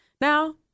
Now